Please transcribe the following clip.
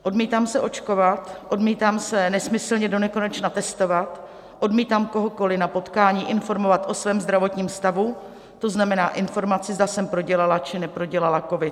Odmítám se očkovat, odmítám se nesmyslně donekonečna testovat, odmítám kohokoliv na potkání informovat o svém zdravotním stavu, to znamená informaci, zda jsem prodělala, či neprodělala covid.